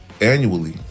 annually